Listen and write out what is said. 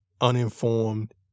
uninformed